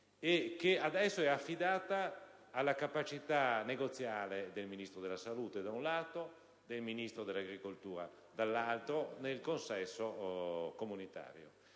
e che adesso è affidata alla capacità negoziale del Ministro della salute da un lato e del Ministro dell'agricoltura dall'altro, nel consesso comunitario.